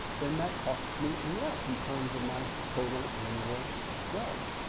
then that costs me less in terms of my total annual wealth.